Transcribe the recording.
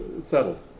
settled